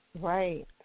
Right